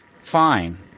fine